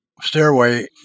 stairway